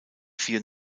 vier